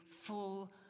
full